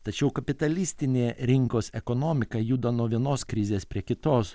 tačiau kapitalistinė rinkos ekonomika juda nuo vienos krizės prie kitos